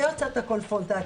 זה יוצר את הקונפרונטציה.